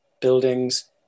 buildings